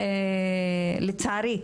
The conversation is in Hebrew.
לצערי,